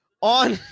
on